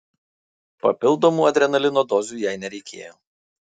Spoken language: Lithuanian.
papildomų adrenalino dozių jai nereikėjo